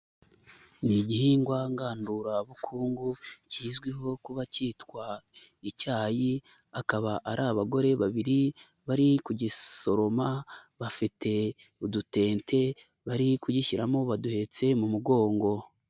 Ni igihingwa ngandurabukungu, kizwiho kuba cyitwa icyayi, akaba ari abagore babiri, bari kugisoroma bafite udutente, bari kugishyiramo baduhetse mu mugongo.